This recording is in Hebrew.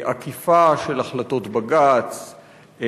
עקיפה של החלטות בג"ץ,